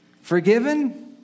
Forgiven